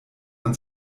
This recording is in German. man